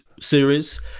series